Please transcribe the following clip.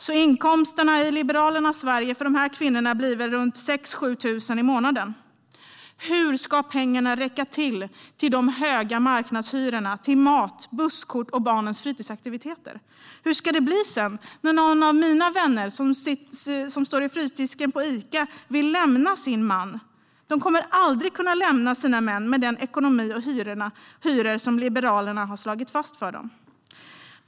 I Liberalernas Sverige blir inkomsterna för de här kvinnorna mellan 6 000 och 7 000 i månaden. Hur ska pengarna räcka till den höga marknadshyran, mat, busskort och barnens fritidsaktiviteter? Hur ska det bli när någon av mina vänner som sköter frysdisken på Ica vill lämna sin man? De kommer aldrig att kunna lämna sina män med den ekonomi och de hyror som Liberalerna har slagit fast för dem.